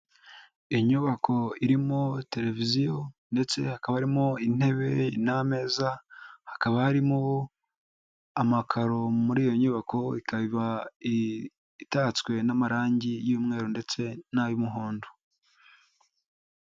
Inyubako irimo televiziyo ndetse hakaba irimo intebe n'ameza, hakaba harimo amakaro muri iyo nyubako ikaba itatswe n'amarangi y'umweru ndetse n'ay'umuhondo.